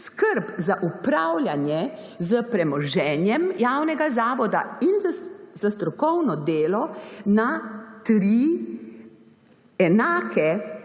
skrb za upravljanje s premoženjem javnega zavoda in za strokovno delo na tri enake